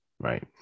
right